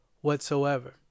whatsoever